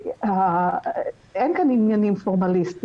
אין כאן עניינים פורמליים.